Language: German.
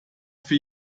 für